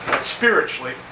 Spiritually